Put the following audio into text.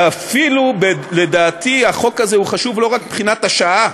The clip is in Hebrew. ואפילו, לדעתי, החוק הזה חשוב לא רק מבחינת השעה